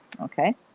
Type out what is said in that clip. okay